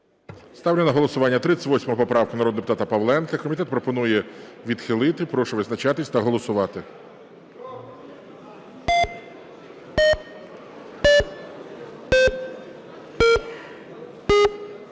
Ставлю на голосування 38 поправку народного депутата Павленка. Комітет пропонує відхилити. Прошу визначатись та голосувати.